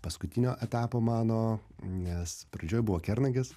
paskutinio etapo mano nes pradžioj buvo kernagis